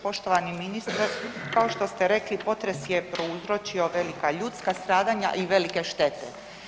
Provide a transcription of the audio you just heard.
Poštovani ministre, to što ste rekli potres je prouzročio velika ljudska stradanja i velike štete.